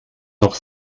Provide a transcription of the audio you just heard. noch